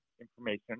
information